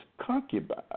concubine